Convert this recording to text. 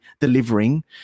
delivering